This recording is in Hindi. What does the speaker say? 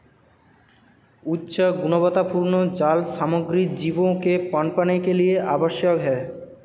उच्च गुणवत्तापूर्ण जाल सामग्री जीवों के पनपने के लिए आवश्यक है